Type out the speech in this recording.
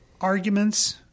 arguments